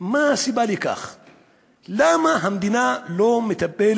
לכם את הסיפור הזה כאן והיום, כי במידה רבה הסיפור